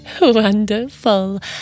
Wonderful